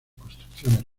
construcciones